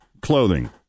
Clothing